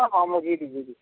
ହଁ ମୁଁ ଯିବି ଯିବି